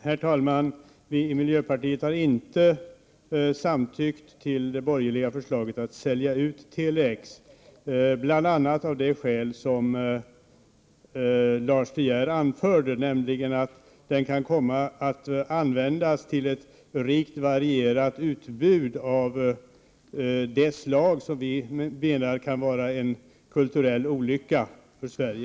Herr talman! Vi i miljöpartiet har inte samtyckt till det borgerliga förslaget att sälja ut Tele-X, bl.a. av det skäl som Lars De Geer anförde, nämligen att den kan komma att användas till ett rikt och varierat utbud av det slag som vi menar kan vara en kulturell olycka för Sverige.